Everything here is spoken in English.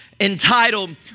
entitled